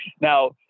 Now